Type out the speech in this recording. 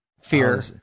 fear